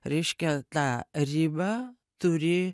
reiškia tą ribą turi